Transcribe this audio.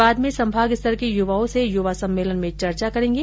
बाद में संभाग स्तर के युवाओं से युवा सम्मेलन में चर्चा करेंगे